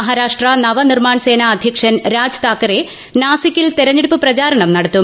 മഹാരാഷ്ട്ര നവ നിർമാൺ സെന അധ്യക്ഷൻ രാജ് താക്കറെ നാസിക്കിൽ തെരഞ്ഞെടുപ്പ് പ്രചാരണം നടത്തും